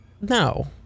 no